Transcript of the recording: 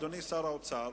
אדוני שר האוצר,